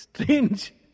strange